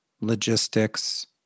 logistics